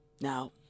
Now